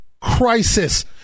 crisis